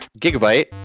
Gigabyte